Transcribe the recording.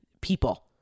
people